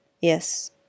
Yes